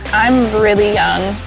i'm really young.